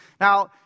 Now